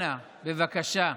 אנא, בבקשה,